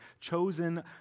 chosen